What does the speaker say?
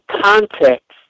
context